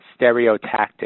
stereotactic